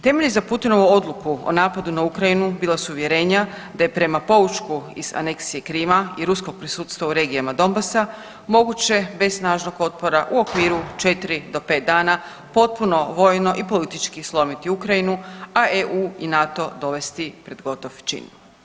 Temelji za Putinovu odluku o napadu na Ukrajinu bila su uvjerenja da je prema poučku iz aneksije Krima i rusko prisustvo u regijama Dombasa moguće bez snažnog otpora u okviru četiri do pet dana potpuno vojno i politički slomiti Ukrajinu, a EU i NATO dovesti pred gotov čin.